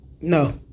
No